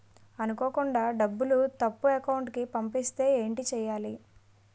అనుకోకుండా డబ్బులు తప్పు అకౌంట్ కి పంపిస్తే ఏంటి చెయ్యాలి?